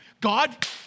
God